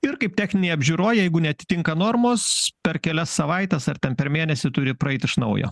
ir kaip techninėj apžiūroj jeigu neatitinka normos per kelias savaites ar ten per mėnesį turi praeit iš naujo